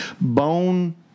Bone